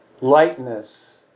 lightness